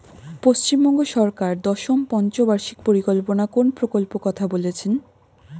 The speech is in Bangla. পশ্চিমবঙ্গ সরকার দশম পঞ্চ বার্ষিক পরিকল্পনা কোন প্রকল্প কথা বলেছেন?